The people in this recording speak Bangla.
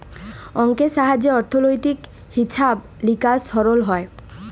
অংকের সাহায্যে অথ্থলৈতিক হিছাব লিকাস সরল হ্যয়